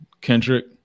Kendrick